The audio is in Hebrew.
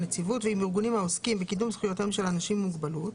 הנציבות) ועם ארגונים העוסקים בקידום זכויותיהם של אנשים עם מוגבלות,